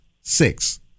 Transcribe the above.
Six